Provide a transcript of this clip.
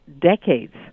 decades